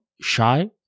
shy